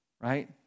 Right